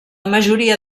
majoria